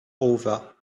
over